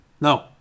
No